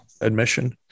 admission